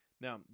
Now